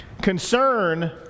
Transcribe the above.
concern